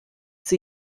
sie